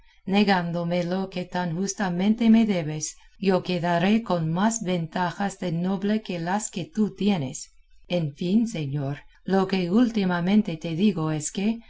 negándome lo que tan justamente me debes yo quedaré con más ventajas de noble que las que tú tienes en fin señor lo que últimamente te digo es que